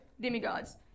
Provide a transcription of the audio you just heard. demigods